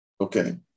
Okay